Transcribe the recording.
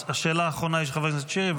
השאלה האחרונה היא של חבר הכנסת שירי,